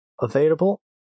available